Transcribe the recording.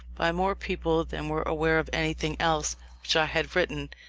by more people than were aware of anything else which i had written,